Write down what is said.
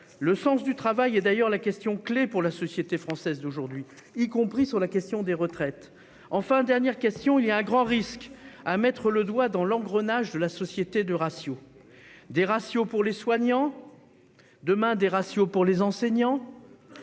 Le sens du travail est d'ailleurs une question clé pour la société française d'aujourd'hui, y compris sur la question des retraites. Enfin, il y a un grand risque à mettre le doigt dans l'engrenage de la société de ratios. Des ratios pour les soignants ; demain, des ratios pour les enseignants,